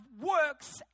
works